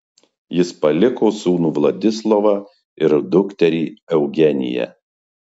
jis paliko sūnų vladislovą ir dukterį eugeniją